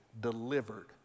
delivered